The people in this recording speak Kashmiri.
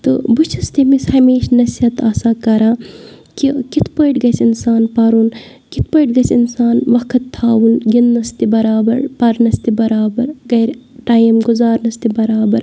تہٕ بہٕ چھَس تٔمِس ہمیشہٕ نصیحت آسان کَران کہِ کِتھ پٲٹھۍ گژھہِ اِنسان پَرُن کِتھ پٲٹھۍ گژھہِ اِنسان وقت تھاوُن گِنٛدنَس تہِ بَرابَر پَرنَس تہِ بَرابَر گَھرِ ٹایِم گُزارنَس تہِ بَرابَر